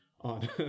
on